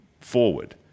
forward